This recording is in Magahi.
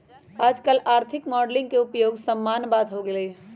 याजकाल आर्थिक मॉडलिंग के उपयोग सामान्य बात हो गेल हइ